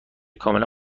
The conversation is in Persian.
کاملا